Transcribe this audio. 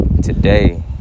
today